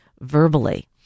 verbally